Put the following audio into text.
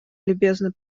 любезно